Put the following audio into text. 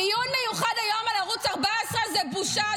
דיון מיוחד היום על ערוץ 14 זה בושה,